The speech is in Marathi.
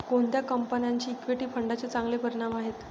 कोणत्या कंपन्यांचे इक्विटी फंडांचे चांगले परिणाम आहेत?